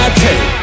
take